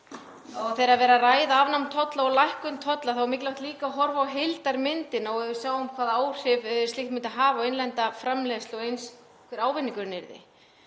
Þegar verið er að ræða afnám og lækkun tolla er mikilvægt líka að horfa á heildarmyndina og að við sjáum hvaða áhrif slíkt myndi hafa á innlenda framleiðslu og eins hver ávinningurinn yrði.